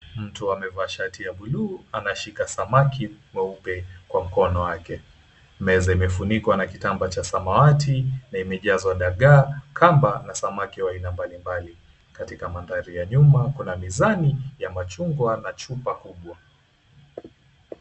Mtu amevaa shati ya buluu anashika samaki mweupe kwa mkono wake meza imefunikwa na kitambaa cha samawati na imejazwa dagaa, kamba na samaki aina mbali mbali. Katika mandhari ya nyuma kuna mizani ya machungwa na chupa kubwa.